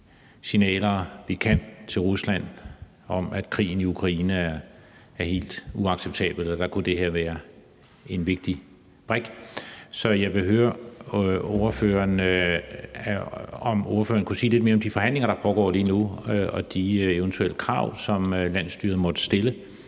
vi kan, til Rusland om, at krigen i Ukraine er helt uacceptabel, og der kunne det her være en vigtig brik. Så jeg vil høre ordføreren, om ordføreren kunne sige lidt mere om de forhandlinger, der pågår lige nu, og de eventuelle krav, som landsstyret måtte stille,